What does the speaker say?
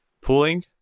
pooling